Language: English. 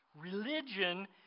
Religion